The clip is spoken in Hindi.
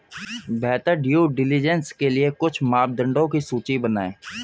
बेहतर ड्यू डिलिजेंस के लिए कुछ मापदंडों की सूची बनाएं?